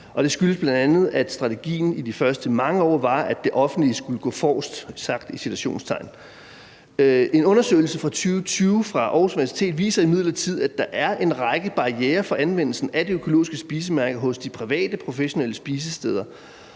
det skyldes bl.a., at strategien i de første mange år var, at det offentlige – i citationstegn – skulle gå forrest. En undersøgelse fra 2020 fra Aarhus Universitet viser imidlertid, at der er en række barrierer for anvendelsen af Det Økologiske Spisemærke hos de private professionelle spisesteder,